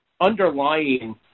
underlying